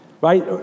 right